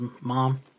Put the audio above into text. mom